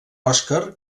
oscar